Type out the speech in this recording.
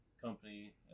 company